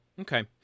Okay